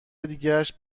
دیگشم